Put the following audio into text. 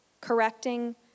correcting